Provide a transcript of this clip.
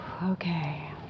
Okay